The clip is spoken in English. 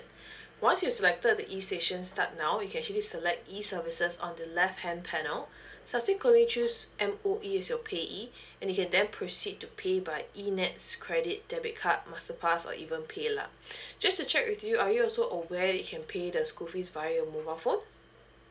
once you selected the E station start now you can actually select E services on left hand panel subsequently choose M_O_E as your payee and you can then proceed to pay by E nets credit debit card master pass or even PayLah just to check with you are you also aware you can pay the school fees via mobile phone